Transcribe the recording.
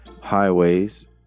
highways